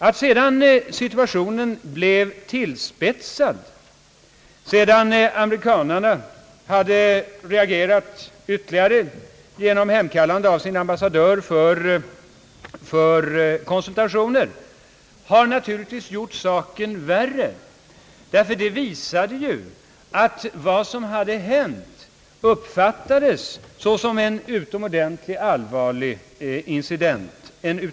Att situationen sedan blev tillspetsad efter det att amerikanerna hade reagerat ytterligare genom hemkallandet av sin ambassadör för konsultationer har naturligtvis gjort saken värre. Detta visade ju att det som hade hänt uppfattades såsom en utomordentligt allvarlig incident.